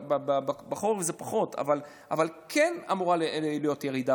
בחורף זה פחות אבל כן אמורה להיות ירידה